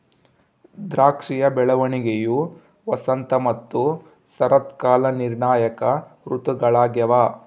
ದ್ರಾಕ್ಷಿಯ ಬೆಳವಣಿಗೆಯು ವಸಂತ ಮತ್ತು ಶರತ್ಕಾಲ ನಿರ್ಣಾಯಕ ಋತುಗಳಾಗ್ಯವ